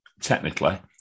technically